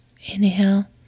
Inhale